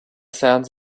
sounds